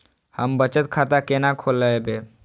हम बचत खाता केना खोलैब?